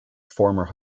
former